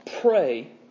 pray